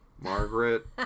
Margaret